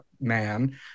man